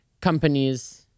companies